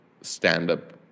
stand-up